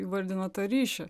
įvardinot tą ryšį